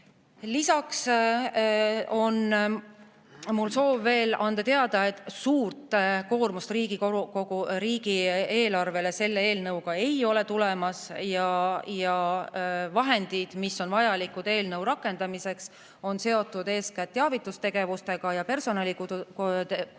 Lisaks on mul soov veel anda teada, et suurt koormust riigieelarvele selle eelnõuga tulemas ei ole. Vahendid, mis on vajalikud eelnõu rakendamiseks, on seotud eeskätt teavitustegevusega ja personalikuludega